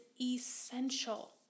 essential